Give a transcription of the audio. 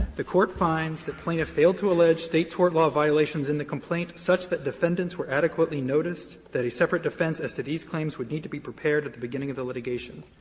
the court finds that plaintiff failed to allege state tort law violations in the complaint such that defendants were adequately noticed, that a separate defense as to these claims would need to be prepared at the beginning of the litigation.